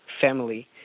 family